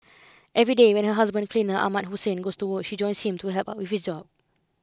every day when her husband cleaner Ahmad Hussein goes to work she joins him to help out with his job